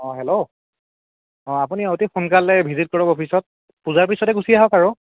অঁ হেল্ল' অঁ আপুনি অতি সোনকালে ভিজিট কৰক অফিচত পূজাৰ পিছতে গুচি আহক আৰু